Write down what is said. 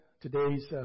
today's